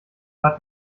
hat